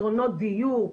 פתרונות דיור,